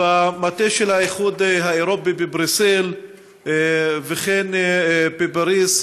במטה של האיחוד האירופי בבריסל וכן בפריז,